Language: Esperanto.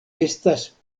estas